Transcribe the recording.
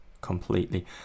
completely